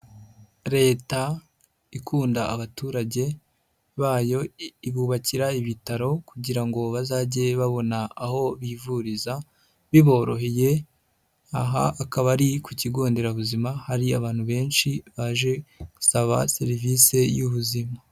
Leta ikunda abaturage bayo, ibubakira ibitaro kugira ngo bazajye babona aho bivuriza biboroheye, aha akaba ari ku kigo nderabuzima, hari abantu benshi baje gusaba serivisi y'ubuzima.